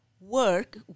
work